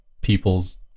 people's